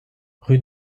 rue